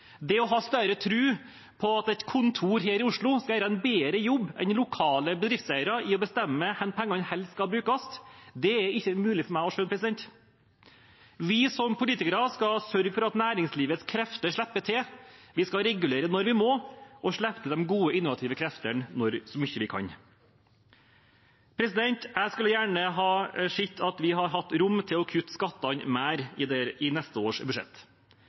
Det å ha større tro på at et kontor her i Oslo skal gjøre en bedre jobb enn lokale bedriftseiere med å bestemme hvor pengene helst skal brukes, er ikke mulig for meg å skjønne. Vi som politikere skal sørge for at næringslivets krefter slipper til, vi skal regulere når vi må, og vi skal slippe til de gode innovative kreftene så mye vi kan. Jeg skulle gjerne sett at vi hadde hatt rom til å kutte skattene mer i neste års budsjett.